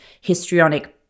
histrionic